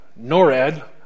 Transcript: NORAD